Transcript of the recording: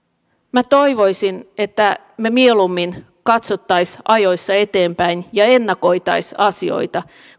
minä toivoisin että me mieluummin katsoisimme ajoissa eteenpäin ja ennakoisimme asioita